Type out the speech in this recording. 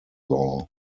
law